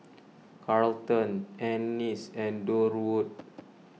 Carlton Annis and Durwood